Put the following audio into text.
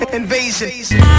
Invasion